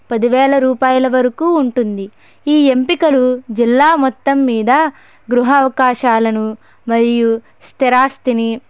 పదివేల రూపాయల వరకు ఉంటుంది ఈ ఎంపికలు జిల్లా మొత్తం మీద గృహ అవకాశాలను మరియు స్థిరాస్తిని